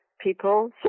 people